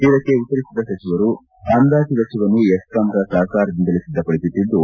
ಇದಕ್ಕೆ ಉತ್ತರಿಸಿದ ಸಚಿವರು ಅಂದಾಜು ವೆಚ್ಚವನ್ನು ಎಸ್ಕಾಂಗಳ ಸಹಕಾರದಿಂದಲೇ ಸಿದ್ದಪಡಿಸುತ್ತಿದ್ದು